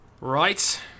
Right